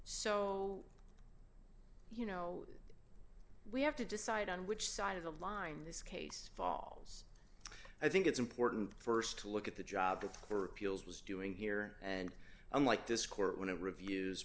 so you know we have to decide on which side of the line this case falls i think it's important st to look at the job the peals was doing here and unlike this court when it reviews